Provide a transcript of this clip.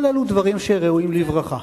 כל אלו דברים שראויים לברכה.